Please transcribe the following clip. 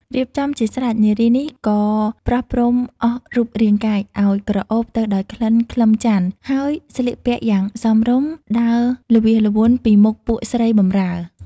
រៀបចំជាស្រេចនារីនេះក៏ប្រោះព្រំអស់រូបរាងកាយ ឲ្យក្រអូបទៅដោយក្លិនខ្លឹមចន្ទន៍ ហើយស្លៀកពាក់យ៉ាងសមរម្យ ដើរល្វាសល្វន់ពីមុខពួកស្រីបម្រើ ។